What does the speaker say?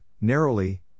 narrowly